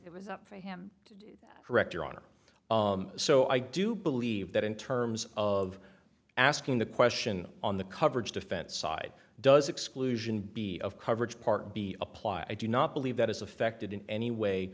it was up for him to direct your honor so i do believe that in terms of asking the question on the coverage defense side does exclusion be of coverage part b apply i do not believe that is affected in any way